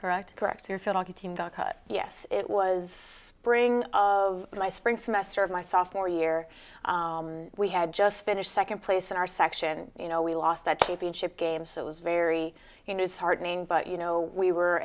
correct correct your field hockey team yes it was spring of spring semester of my sophomore year we had just finished second place in our section you know we lost that keeping chip game so it was very you know disheartening but you know we were